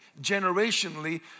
generationally